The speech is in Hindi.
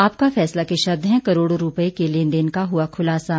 आपका फैसला के शब्द हैं करोड़ों रूपए के लेन देन का हुआ खुलासा